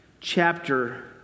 chapter